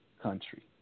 country